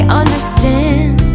understand